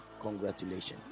congratulations